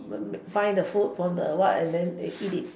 find the food from the what and then eat it